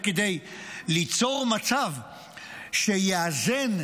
וכדי ליצור מצב שיאזן,